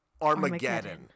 Armageddon